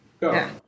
Go